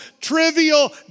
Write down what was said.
trivial